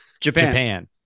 Japan